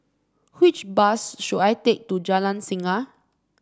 which bus should I take to Jalan Singa